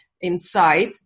inside